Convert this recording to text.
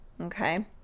okay